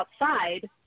outside